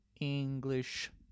English